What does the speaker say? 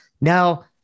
now